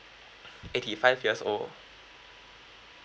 eighty five years old